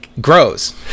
grows